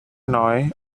nói